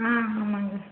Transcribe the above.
ஆ ஆமாங்க